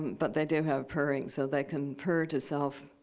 but they do have purring. so they can purr to self-heal.